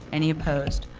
any opposed?